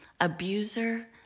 abuser